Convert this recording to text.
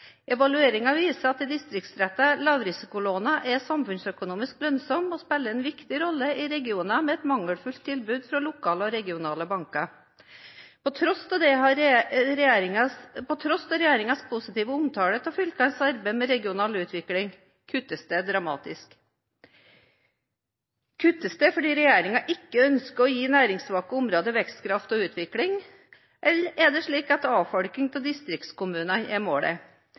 Evalueringen viser at de distriktsrettede lavrisikolånene er samfunnsøkonomisk lønnsomme og spiller en viktig rolle i regioner med et mangelfullt tilbud fra lokale og regionale banker. På tross av regjeringens positive omtale av fylkenes arbeid med regional utvikling kuttes det dramatisk. Kuttes det fordi regjeringen ikke ønsker å gi næringssvake områder vekstkraft og utvikling, eller er det slik at avfolkning av distriktskommunene er målet?